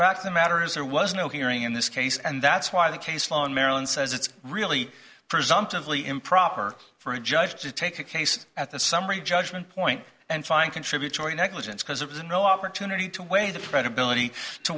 fact of the matter is there was no hearing in this case and that's why the case law in maryland says it's really presumptively improper for a judge to take a case at the summary judgment point and find contributory negligence because there was no opportunity to weigh the